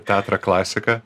teatrą klasiką